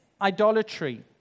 idolatry